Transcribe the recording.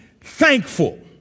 thankful